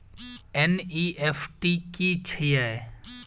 NEFT की छीयै?